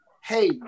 hey